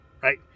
right